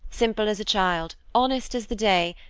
simple as a child, honest as the day,